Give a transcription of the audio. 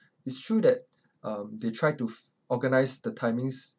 it's true that um they try to f~ organize the timings